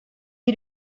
you